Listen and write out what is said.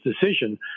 decision